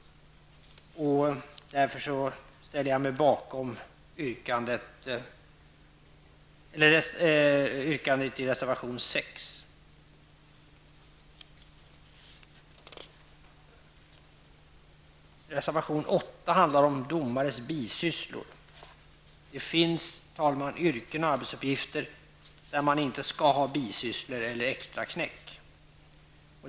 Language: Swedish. Därför ställer jag mig bakom yrkandet i reservation 6. Reservation 8 handlar om domares bisysslor. Det finns, herr talman, yrken och arbetsuppgifter som är av det slaget att man inte skall ha bisysslor eller extraknäck.